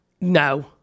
No